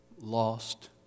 lost